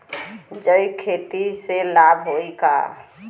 जैविक खेती से लाभ होई का?